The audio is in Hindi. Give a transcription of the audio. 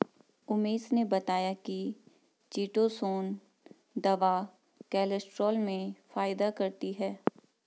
उमेश ने बताया कि चीटोसोंन दवा कोलेस्ट्रॉल में फायदा करती है